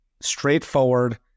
straightforward